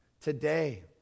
Today